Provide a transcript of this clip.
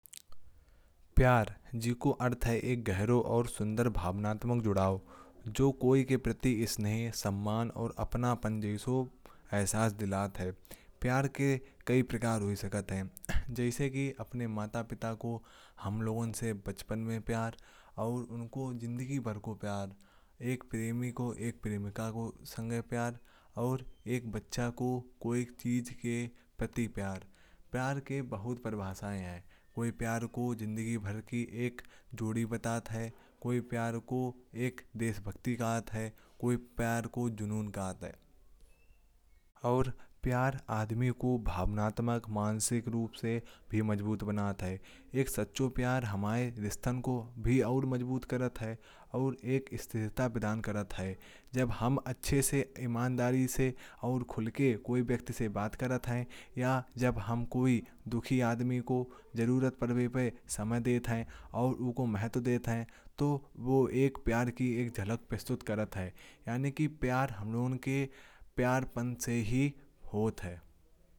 प्यार का अर्थ है एक गहरा और सुंदर भावनात्मक जुड़ाव। जो किसी के प्रति स्नेह सम्मान और अपनी गहरी एहसास दिलाता है। प्यार के कई प्रकार हो सकते हैं। जैसे कि अपने माता पिता के प्रति हम लोगों का बचपन में प्यार। और उन्हें जिंदगी भर का प्यार एक प्रेमी और एक प्रेमिका के बीच का प्यार। और एक बच्चे के प्रति किसी चीज का प्यार। प्यार की बहुत परिभाषाएँ हैं। कोई प्यार को जिंदगी भर की एक जोड़ी बताता है। कोई प्यार को देशभक्ति कहता है कोई प्यार को जुनून कहता है। प्यार इंसान को भावनात्मक और मानसिक रूप से भी मजबूत बनाता है। एक सच्चा प्यार हमारे रिश्ते को भी और मजबूत करता है। और एक स्थिरता प्रदान करता है जब हम अच्छे से। ईमानदारी से और खुल के किसी व्यक्ति से बात करते हैं। और जब हम किसी दुखी आदमी की जरूरत पर समय देते हैं। और उन्हें महत्वपूर्ण समझते हैं तो वो प्यार की एक झलक प्रस्तुत करता है। यानी कि प्यार हम लोगों के प्यारपन से ही होता है।